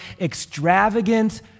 extravagant